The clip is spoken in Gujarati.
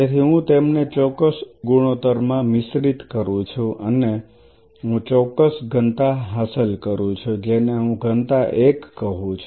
તેથી હું તેમને ચોક્કસ ગુણોત્તરમાં મિશ્રિત કરું છું અને હું ચોક્કસ ઘનતા હાંસલ કરું છું જેને હું ઘનતા 1 કહું છુ